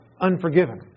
unforgiven